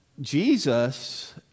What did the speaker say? jesus